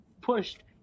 pushed